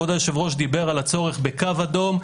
כבוד היושב ראש דיבר על הצורך בקו אדום,